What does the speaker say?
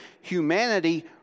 humanity